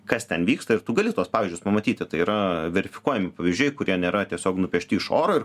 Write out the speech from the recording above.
kas ten vyksta ir tu gali tuos pavyzdžius pamatyti tai yra verifikuojami pavyzdžiai kurie nėra tiesiog nupiešti iš oro ir